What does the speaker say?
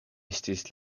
estis